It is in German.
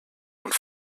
und